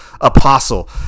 apostle